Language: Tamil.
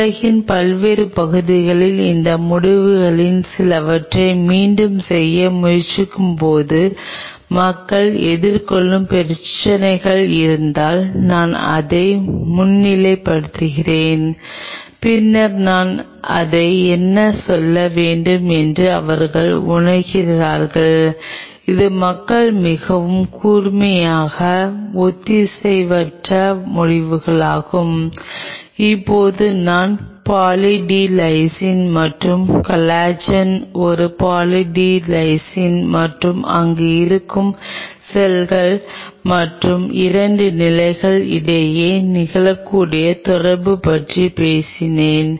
உலகின் பல்வேறு பகுதிகளிலும் இந்த முடிவுகளில் சிலவற்றை மீண்டும் செய்ய முயற்சிக்கும்போது மக்கள் எதிர்கொள்ளும் பிரச்சினைகள் இருப்பதால் நான் அதை முன்னிலைப்படுத்துகிறேன் பின்னர் நான் அதை என்ன சொல்ல வேண்டும் என்று அவர்கள் உணர்கிறார்கள் இது மக்கள் மிகவும் கூர்மையான ஒத்திசைவற்ற முடிவுகளாகும் இப்போது நாம் பாலி டி லைசின் மற்றும் கொலாஜன் ஒரு பாலி டி லைசின் மற்றும் அங்கு இருக்கும் செல்கள் மற்றும் 2 நிலைகள் இடையே நிகழக்கூடிய தொடர்பு பற்றி பேசினோம்